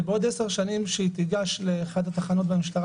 ובעוד עשר שנים כשהיא תיגש לאחת התחנות במשטרה